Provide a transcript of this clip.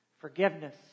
Forgiveness